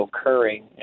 occurring